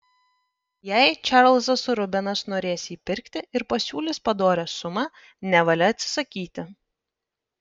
jei čarlzas rubenas norės jį pirkti ir pasiūlys padorią sumą nevalia atsisakyti